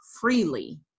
freely